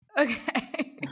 Okay